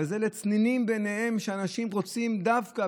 וזה לצנינים בעיניהם שאנשים רוצים דווקא,